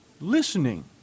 listening